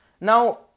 Now